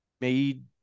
made